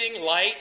light